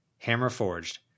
hammer-forged